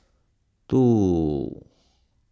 two